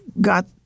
got